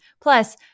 Plus